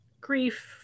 grief